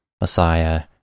Messiah